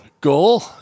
goal